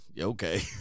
Okay